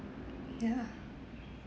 ya